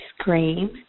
scream